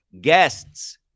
Guests